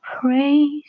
Praise